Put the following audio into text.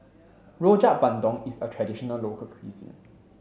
Rojak Bandung is a traditional local cuisine